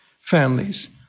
families